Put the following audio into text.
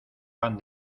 pan